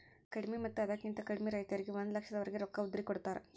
ಕಡಿಮಿ ಮತ್ತ ಅದಕ್ಕಿಂತ ಕಡಿಮೆ ರೈತರಿಗೆ ಒಂದ ಲಕ್ಷದವರೆಗೆ ರೊಕ್ಕ ಉದ್ರಿ ಕೊಡತಾರ